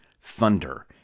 Thunder